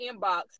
inbox